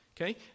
okay